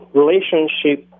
relationship